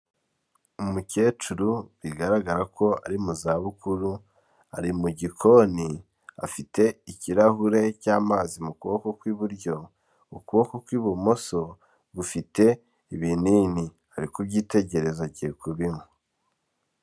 Umukecuru bigaragara ko ari mu zabukuru, ari mu gikoni afite ikirahure cy'amazi mu kuboko kw'iburyo, ukuboko kw'ibumoso gufite ibinini. Ari kubyitegereza agiye kubinywa.